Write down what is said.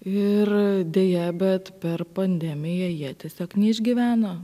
ir deja bet per pandemiją jie tiesiog neišgyveno